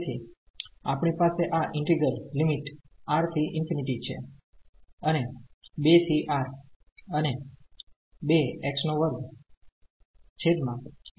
તેથી આપણી પાસે આ ઈન્ટિગ્રલ લિમિટ R થી ∞ છે અને 2 થી R અને